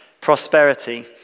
Prosperity